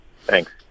Thanks